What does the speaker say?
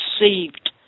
received